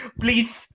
Please